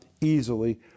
easily